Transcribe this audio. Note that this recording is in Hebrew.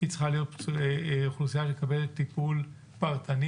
צריכה להיות אוכלוסייה שמקבלת טיפול פרטני,